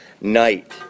night